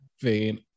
vein